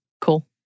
cool